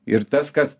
ir tas kas